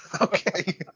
Okay